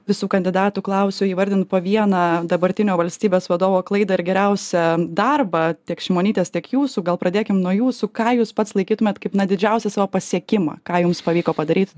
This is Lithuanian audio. visų kandidatų klausiu įvardint po vieną dabartinio valstybės vadovo klaidą ir geriausią darbą tiek šimonytės tiek jūsų gal pradėkim nuo jūsų ką jūs pats laikytumėt kaip na didžiausią savo pasiekimą ką jums pavyko padaryti